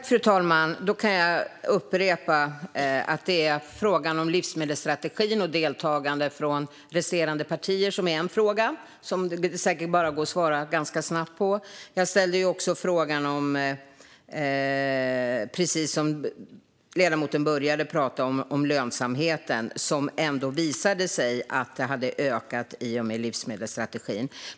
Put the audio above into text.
Fru talman! Jag kan upprepa att en fråga gällde livsmedelsstrategin och deltagande från resterande partier, vilket säkert går ganska snabbt att svara på. Jag ställde också en fråga om lönsamheten, som ledamoten började svara på. Det visade sig att den hade ökat i och med livsmedelsstrategin.